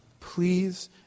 Please